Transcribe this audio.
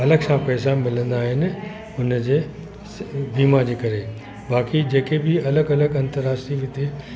अलॻ सां पैसा मिलंदा आहिनि हुन जे बीमा जे करे बाक़ी जेके बि अलॻि अलॻि अंतर राष्ट्रिय वितीय